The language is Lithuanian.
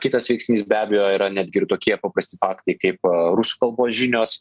kitas veiksnys be abejo yra netgi tokie paprasti faktai kaip rusų kalbos žinios